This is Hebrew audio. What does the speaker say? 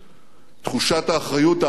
תחושת האחריות העמוקה שלו